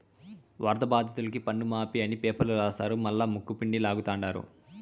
వరద బాధితులకి పన్నుమాఫీ అని పేపర్ల రాస్తారు మల్లా ముక్కుపిండి లాగతండారు